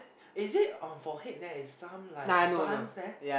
is it um forehead there like some buns there